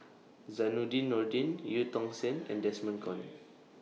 Zainudin Nordin EU Tong Sen and Desmond Kon